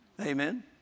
Amen